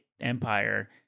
Empire